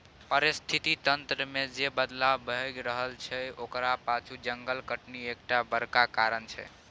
पारिस्थितिकी तंत्र मे जे बदलाव भए रहल छै ओकरा पाछु जंगल कटनी एकटा बड़का कारण छै